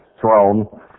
throne